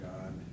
God